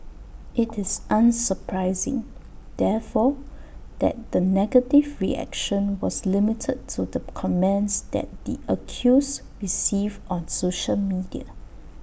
IT is unsurprising therefore that the negative reaction was limited to the comments that the accused received on social media